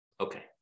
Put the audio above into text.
Okay